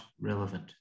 relevant